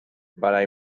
but